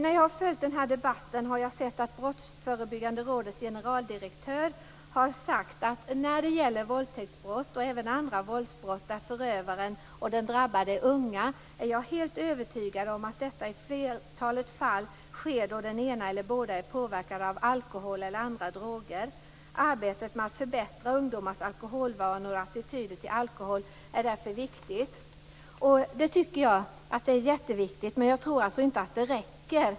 När jag följt den här debatten har jag hört Brottsförebyggande rådets generaldirektör säga sig vara övertygad om att våldtäktsbrott och även andra våldsbrott där förövaren och den drabbade är unga i flertalet sker då den ena eller båda är påverkade av alkohol eller andra droger. Arbetet med att förbättra ungdomars alkoholvanor och attityd till alkohol är därför viktigt. Det tycker jag är jätteviktigt, men jag tror inte att det räcker.